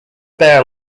bear